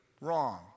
wrong